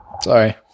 Sorry